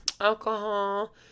alcohol